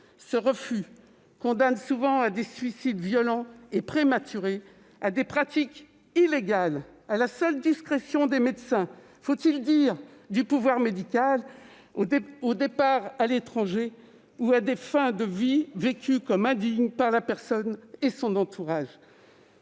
Ce refus condamne souvent à des suicides violents et prématurés, à des pratiques illégales à la seule discrétion des médecins- faut-il dire « du pouvoir médical »?-, au départ à l'étranger ou à des fins de vie vécues comme indignes par la personne et son entourage.